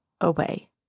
away